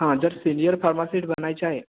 हां जर senior pharmacist बनायचे आहे